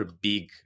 big